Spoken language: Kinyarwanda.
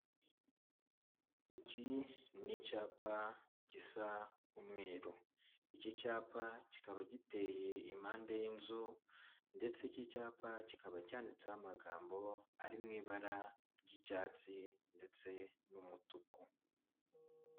Iki ni icyapa gisa umweru. Iki cyapa kikaba giteye impande y'inzu ndetse iki cyapa kikaba cyanditseho amagambo ari mu ibara ry'icyatsi ndetse n'umutuku.